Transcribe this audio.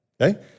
Okay